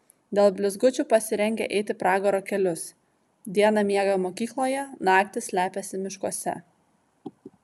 dėl blizgučių pasirengę eiti pragaro kelius dieną miega mokykloje naktį slepiasi miškuose